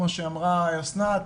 כפי שאמרה אסנת,